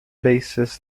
bassist